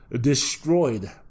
destroyed